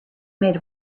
made